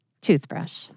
Toothbrush